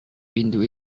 pintu